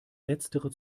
letztere